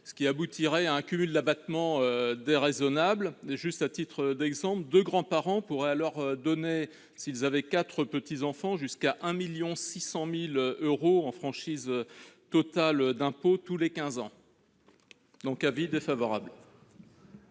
ce qui aboutirait à un cumul d'abattement déraisonnable. À titre d'exemple, deux grands-parents pourraient donner, s'ils avaient quatre petits-enfants, jusqu'à un 1,6 million d'euros en franchise totale d'impôts tous les quinze ans. J'émets donc un avis défavorable.